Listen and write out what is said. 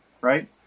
right